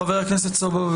חבר הכנסת סובה,